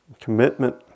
Commitment